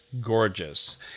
gorgeous